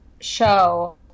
show